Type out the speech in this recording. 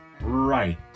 Right